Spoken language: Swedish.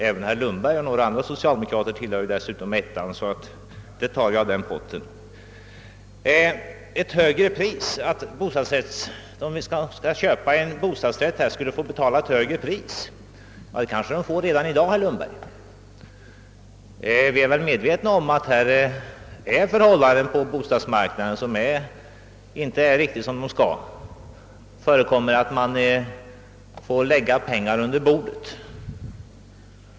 Även herr Lundberg och andra socialdemokrater tillbör för övrigt inkomstgrupp 1. Man kanske redan i dag får betala ett högre pris vid köp av bostadsrätt, herr Lundberg. Vi måste vara med vetna om att förhållandena på bostadsmarknaden härvidlag inte är riktigt som de borde vara. Det förekommer att vederbörande måste betala pengar under bordet.